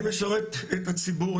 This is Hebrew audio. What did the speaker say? אני משרת את הציבור,